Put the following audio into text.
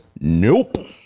nope